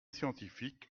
scientifique